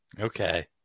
Okay